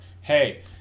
Hey